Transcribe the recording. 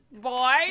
boy